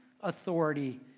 authority